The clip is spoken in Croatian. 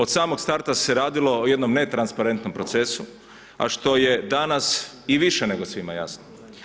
Od samog starta se radilo o jednom netransparentnom procesu, a što je danas i više nego svima jasno.